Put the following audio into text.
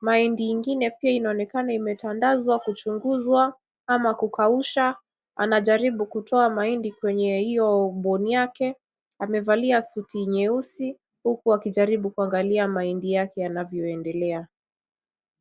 mahindii ingine pia inaonekana imetandazwa kuchunguzwa ama kukausha. Anajaribu kutoa mahindi kwenye hiyo bone yake. Amevalia suti nyeusi, huku akijaribu kuangalia mahindi yake yanavyoendelea.